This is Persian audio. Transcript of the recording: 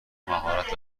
مهارت